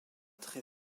très